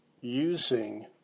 using